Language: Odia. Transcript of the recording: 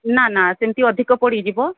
ନା ନା ସେମିତି ଅଧିକ ପଡ଼ିଯିବ